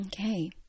Okay